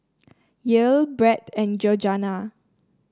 Yael Brett and Georganna